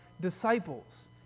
disciples